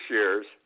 years